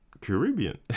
Caribbean